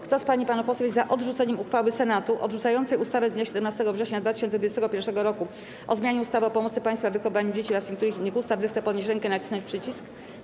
Kto z pań i panów posłów jest za odrzuceniem uchwały Senatu odrzucającej ustawę z dnia 17 września 2021 r. o zmianie ustawy o pomocy państwa w wychowywaniu dzieci oraz niektórych innych ustaw, zechce podnieść rękę i nacisnąć przycisk.